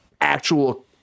actual